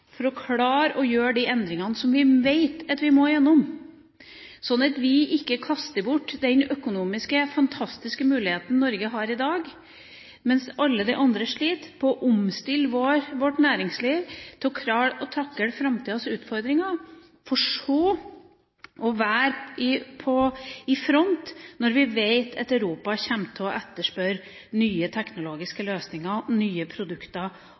for å klare å gjøre de endringene som vi vet at vi må igjennom. Vi må ikke kaste bort den fantastiske økonomiske muligheten Norge har i dag – mens alle andre sliter – til å omstille vårt næringsliv til å klare å takle framtidas utfordringer, for så å være i front, når vi vet at Europa kommer til å etterspørre nye teknologiske løsninger, nye produkter